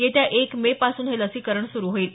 येत्या एक मे पासून हे लसीकरण सुरू होईल